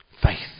Faith